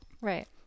Right